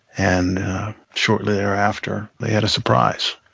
and shortly thereafter, they had a surprise,